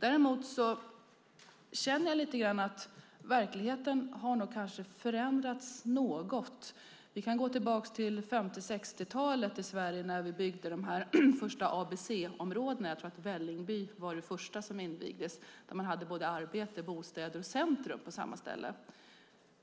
Däremot känner jag lite grann att verkligheten nog har förändrats något. Vi kan gå tillbaka till 50 och 60-talet i Sverige, när vi byggde de första ABC-områdena. Jag tror att Vällingby var det första som invigdes, där man hade både arbete, bostäder och centrum på samma ställe.